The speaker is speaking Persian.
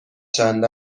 چند